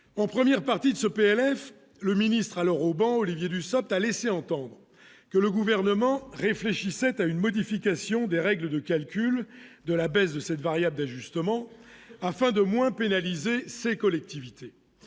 en première partie de ce PLF le ministre alors au banc, Olivier Dussopt a laissé entendre que le gouvernement réfléchissait à une modification des règles de calcul de la baisse de cette variable d'ajustement afin de moins pénaliser ces collectivités